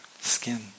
skin